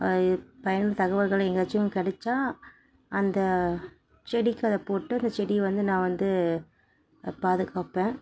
பயன் தகவல்கள் எங்காயாச்சும் கிடச்சா அந்த செடிக்கு அதை போட்டு அந்த செடியை வந்து நான் வந்து பாதுகாப்பேன்